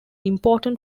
important